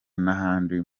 n’ahandi